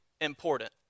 important